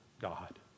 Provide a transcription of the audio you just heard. God